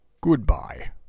Goodbye